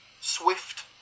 Swift